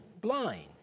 blind